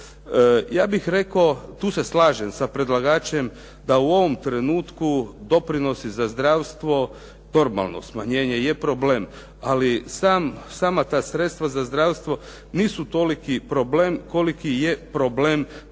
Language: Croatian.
Ja bih rekao, tu se slažem sa predlagačem da u ovom trenutku doprinosi za zdravstvo, normalno smanjenje je problem, ali sama ta sredstva za zdravstvo nisu toliki problem koliki je problem taj